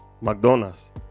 McDonald's